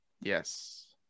Yes